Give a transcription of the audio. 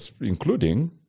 including